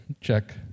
check